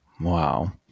wow